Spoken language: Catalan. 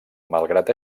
malgrat